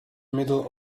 middle